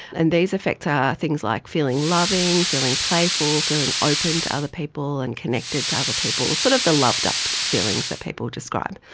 and these effects are things like feeling loving, feeling the playful, feeling open to other people and connected to other people, sort of the loved-up feelings that people describe.